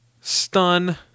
stun